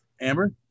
Amber